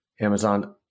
Amazon